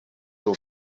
will